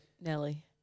Nelly